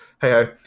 hey